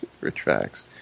Retracts